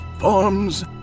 Forms